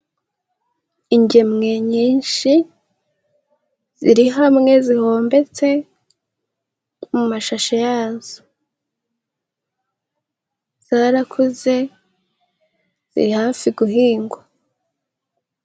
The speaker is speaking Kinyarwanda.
Ingemwe nyinshi ziri hamwe zihombetse mu masha yazo, zarakuze ziri hafi guhingwa.